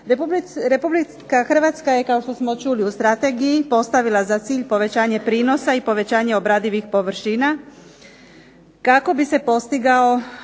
Republika Hrvatska je kao što smo čuli u strategiji postavila za cilj povećanje prinosa i povećanje obradivih površina, kako bi se postigao